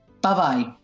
Bye-bye